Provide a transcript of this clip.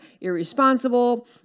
irresponsible